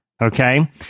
Okay